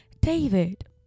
David